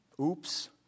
Oops